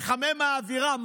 מחמם האווירה,